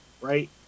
right